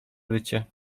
wycie